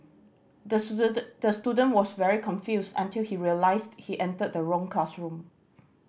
the the student was very confused until he realised he entered the wrong classroom